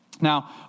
Now